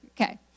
Okay